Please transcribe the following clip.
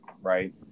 right